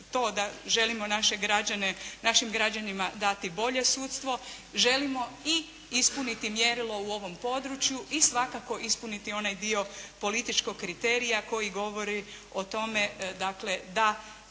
građane, našim građanima dati bolje sudstvo, želimo i ispuniti mjerilo u ovom području i svakako ispuniti onaj dio političkog kriterija koji govori o tome da